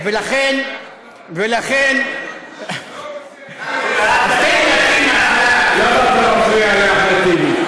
לא רוצה את, למה אתה מפריע לאחמד טיבי?